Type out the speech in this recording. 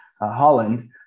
Holland